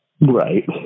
Right